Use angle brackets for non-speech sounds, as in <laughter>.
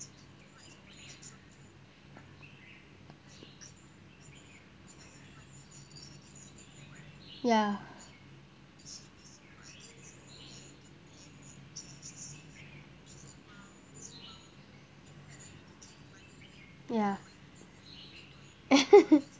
ya ya <laughs>